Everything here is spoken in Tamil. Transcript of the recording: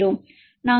நாங்கள் 1